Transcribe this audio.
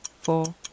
four